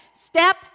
Step